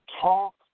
talk